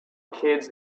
kids